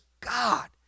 God